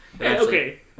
Okay